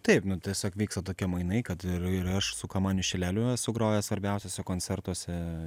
taip tiesiog vyksta tokie mainai kad ir ir aš su kamanių šileliu esu grojęs svarbiausiose koncertuose